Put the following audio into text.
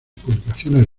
publicaciones